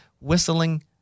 Whistling